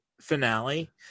finale